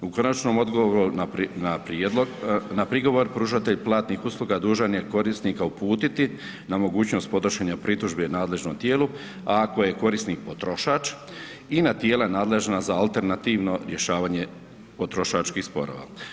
U konačnom odgovoru na prijedlog, na prigovor pružatelj platnih usluga dužan je korisnika uputiti na mogućnost podnošenja pritužbe nadležnom tijelu, a ako je korisnik potrošač i na tijela nadležna za alternativno rješavanje potrošačkih sporova.